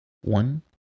one